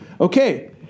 okay